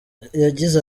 yagize